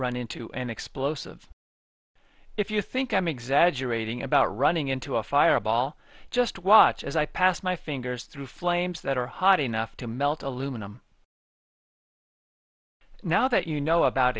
run into an explosive if you think i'm exaggerating about running into a fireball just watch as i pass my fingers through flames that are hot enough to melt aluminum now that you know about